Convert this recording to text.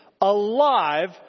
alive